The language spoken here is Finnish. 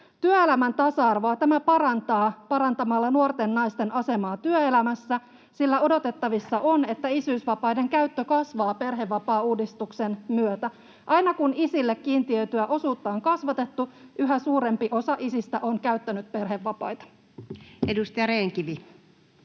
Työelämän tasa-arvoa tämä parantaa parantamalla nuorten naisten asemaa työelämässä, sillä odotettavissa on, että isyysvapaiden käyttö kasvaa perhevapaauudistuksen myötä. Aina kun isille kiintiöityä osuutta on kasvatettu, yhä suurempi osa isistä on käyttänyt perhevapaita. Edustaja Rehn-Kivi.